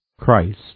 Christ